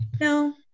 No